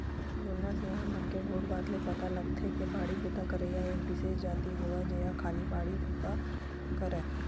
जुन्ना सियान मन के गोठ बात ले पता लगथे के बाड़ी बूता करइया एक बिसेस जाति होवय जेहा खाली बाड़ी बुता करय